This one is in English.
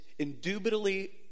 Indubitably